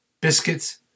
Biscuits